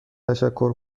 تشکر